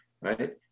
right